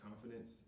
confidence